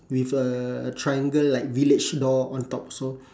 with a triangle like village door on top so